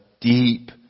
deep